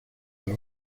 los